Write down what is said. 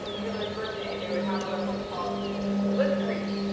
hitler's birthday, they would have what was called blitzkrieg,